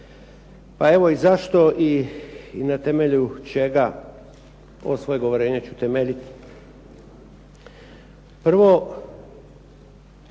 Pa evo i zašto i na temelju čega ovo svoje govorenje ću temeljiti.